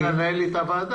התחלת לנהל לי את הוועדה?